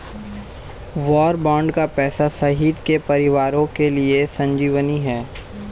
वार bond का पैसा शहीद के परिवारों के लिए संजीवनी है